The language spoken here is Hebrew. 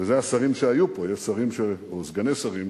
וזה השרים שהיו פה, יש שרים או סגני שרים